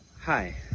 Hi